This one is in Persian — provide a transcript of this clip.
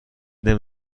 نمی